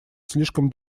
слишком